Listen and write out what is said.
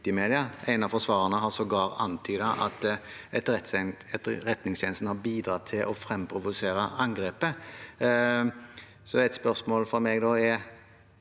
En av forsvarerne har sågar antydet at Etterretningstjenesten har bidratt til å fremprovosere angrepet. Et spørsmål fra meg er da: